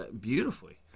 beautifully